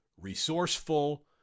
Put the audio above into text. resourceful